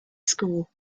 school